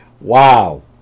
Wow